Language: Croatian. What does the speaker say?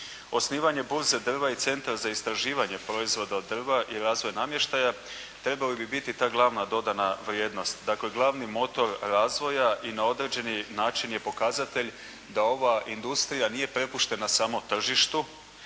Osnivanje burze drva i centra za istraživanje proizvoda od drva i razvoj namještaja trebao bi biti ta glavna dodana vrijednost. Dakle, glavni motor razvoja i na određeni način je pokazatelj da ova industrija nije prepuštena samo tržištu,